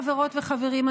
חברות וחברים,